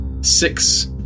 six